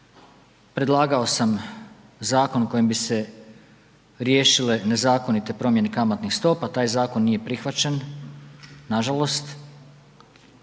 Predlagao sam zakon kojim bi se riješile nezakonite promjene kamatnih stopa, taj zakon nije prihvaćen nažalost,